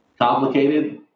complicated